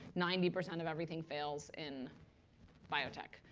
ninety percent of everything fails in biotech.